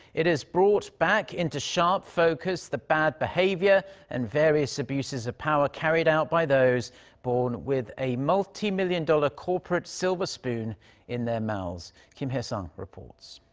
it has brought back into sharp focus the bad behavior and various abuses of power carried out by those born with a multi-million dollar corporate silver spoon in their mouths. kim hyesung reports.